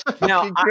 Now